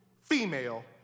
female